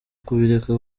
kubireka